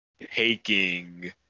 taking